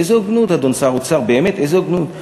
איזה הוגנות, אדון שר אוצר, באמת, איזה הוגנות?